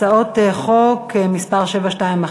הצעת חוק מ/721.